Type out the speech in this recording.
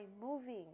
moving